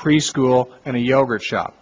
preschool and a yogurt shop